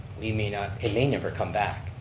we may not, it may never come back.